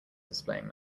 displaying